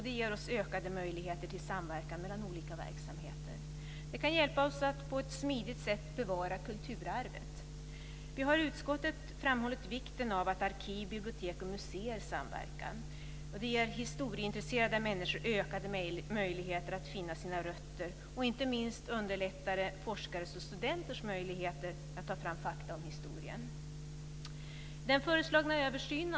Den ger oss ökade möjligheter till samverkan mellan olika verksamheter, och den kan hjälpa oss att på ett smidigt sätt bevara kulturarvet. Vi har i utskottet framhållit vikten av att arkiv, bibliotek och museer samverkar. Det ger historieintresserade människor ökade möjligheter att finna sina rötter, och inte minst underlättar det forskares och studenters möjligheter att ta fram fakta om historien.